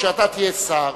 כשאתה תהיה שר,